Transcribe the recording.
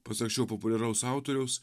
pasak šio populiaraus autoriaus